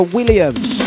Williams